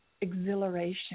exhilaration